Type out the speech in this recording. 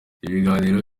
ibiganiro